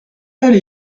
elle